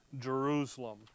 Jerusalem